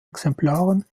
exemplaren